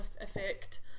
effect